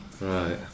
Right